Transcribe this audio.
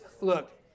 look